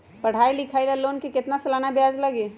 पढाई लिखाई ला लोन के कितना सालाना ब्याज लगी?